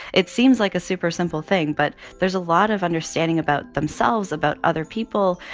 it seems like a super simple thing, but there's a lot of understanding about themselves, about other people,